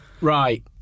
Right